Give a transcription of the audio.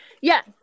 yes